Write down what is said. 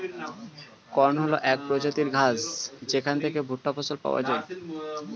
corn হল এক প্রজাতির ঘাস যেখান থেকে ভুট্টা ফসল পাওয়া যায়